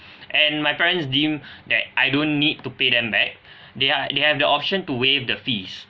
and my parents deem that I don't need to pay them back they are they have the option to waive the fees